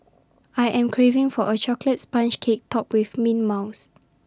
I am craving for A Chocolate Sponge Cake Topped with mint mouse